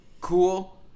cool